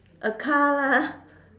a car lah